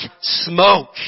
smoke